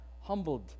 humbled